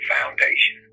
Foundation